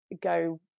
go